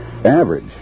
Average